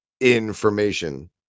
information